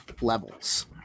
levels